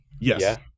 Yes